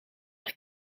haar